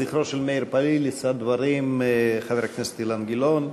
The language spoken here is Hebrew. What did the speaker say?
לזכרו של מאיר פעיל יישא דברים חבר הכנסת אילן גילאון,